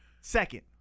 Second